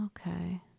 Okay